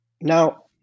Now